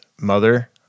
mother